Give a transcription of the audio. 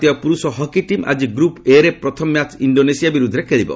ଭାରତୀୟ ପୁରୁଷ hockey team ଆଜି ଗ୍ରପ୍ ଏ ରେ ପ୍ରଥମ ମ୍ୟାଚ୍ ଇଣ୍ଡୋନେସିଆ ବିରୁଦ୍ଧରେ ଖେଳିବ